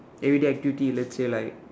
everyday activity let's say like